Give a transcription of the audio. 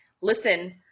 listen